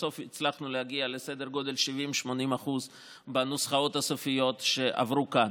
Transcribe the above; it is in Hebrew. בסוף הצלחנו להגיע לסדר גודל 70% 80% בנוסחאות הסופיות שעברו כאן.